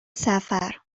سفر